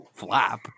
flap